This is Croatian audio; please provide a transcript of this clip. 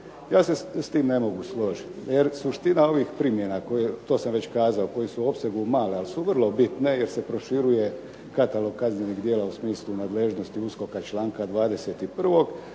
Ja se s tim ne mogu složiti, jer suština ovih primjena, to sam već kazao, koji su u opsegu male, ali su vrlo bitne, jer se proširuje katalog kaznenih djela u smislu nadležnosti USKOK-a, članka 21.,